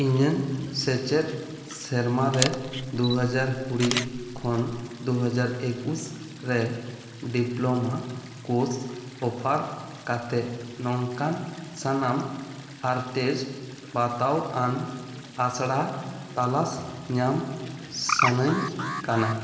ᱤᱧᱟᱹᱜ ᱥᱮᱪᱮᱫ ᱥᱮᱨᱢᱟ ᱨᱮ ᱫᱩᱦᱟᱡᱟᱨ ᱠᱩᱲᱤ ᱠᱷᱚᱱ ᱫᱩᱦᱟᱡᱟᱨ ᱮᱠᱩᱥ ᱨᱮ ᱰᱤᱯᱞᱳᱢᱟ ᱠᱳᱨᱥ ᱚᱯᱷᱟᱨ ᱠᱟᱛᱮ ᱱᱚᱝᱠᱟᱱ ᱥᱟᱱᱟᱢ ᱟᱨᱴᱮᱥ ᱵᱟᱛᱟᱣᱟᱱ ᱟᱥᱲᱟ ᱛᱚᱞᱟᱥ ᱧᱟᱢ ᱥᱟᱱᱟᱹᱧ ᱠᱟᱱᱟ